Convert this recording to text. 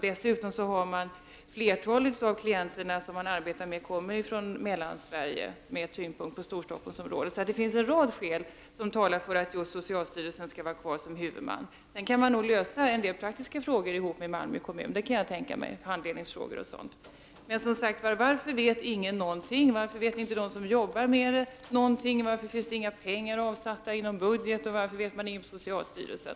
Dessutom kommer flertalet av klienterna från Mellansverige med tyngdpunkt på Storstockholmsområdet. Det finns en rad skäl som talar för att just socialstyrelsen skall vara kvar som huvudman. Jag kan tänka mig att en del praktiska frågor — handledningsfrågor o.d. — kan lösas tillsammans med Malmö kommun. Varför vet ingen någonting? Varför vet inte de som jobbar med detta någonting? Varför finns det inga pengar avsatta i någon budget? Varför vet man ingenting på socialstyrelsen?